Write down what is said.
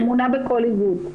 ממונה בכל איגוד.